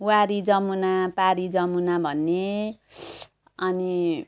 वारि जमुना पारि जमुना भन्ने अनि